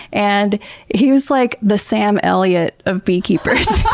and he was like the sam elliot of beekeepers.